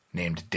named